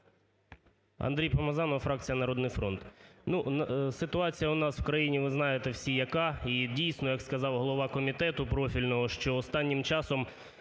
Андрій Помазанов, фракція "Народний фронт". Ну, ситуація у нас в країні ви знаєте всі яка. І дійсно як сказав голова комітету профільного, що останнім часом